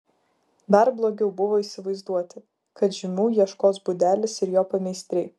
dar blogiau buvo įsivaizduoti kad žymių ieškos budelis ir jo pameistriai